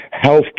health